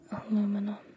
Aluminum